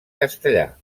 castellà